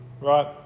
Right